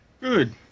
Good